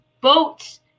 boats